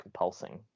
compulsing